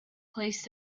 placed